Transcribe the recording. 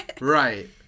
Right